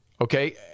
Okay